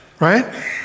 right